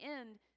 end